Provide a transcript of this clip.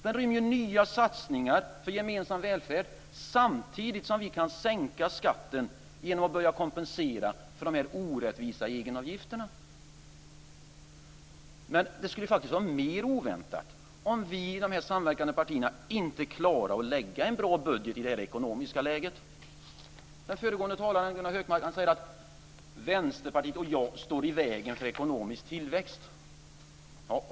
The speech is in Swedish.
Den inrymmer nya satsningar för gemensam välfärd, samtidigt som vi kan sänka skatten genom att börja kompensera för de orättvisa egenavgifterna. Det skulle faktiskt vara mer oväntat om vi i de samverkande partierna inte klarade att lägga fram en bra budget i det här ekonomiska läget. Den föregående talaren Gunnar Hökmark säger att Vänsterpartiet och jag står i vägen för ekonomisk tillväxt.